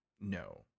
no